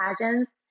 pageants